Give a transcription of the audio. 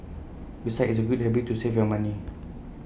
besides it's A good habit to save your money